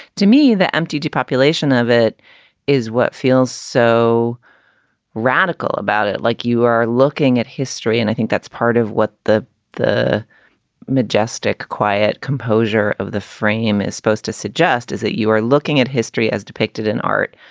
to me, the empty thepopulation of it is what feels so radical about it. like you are looking at history. and i think that's part of what the the majestic, quiet composure of the frame is supposed to suggest, is that you are looking at history as depicted in art.